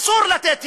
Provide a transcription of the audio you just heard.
אסור לתת יד,